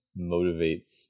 motivates